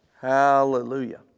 Hallelujah